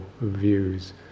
views